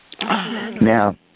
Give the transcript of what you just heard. Now